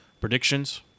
predictions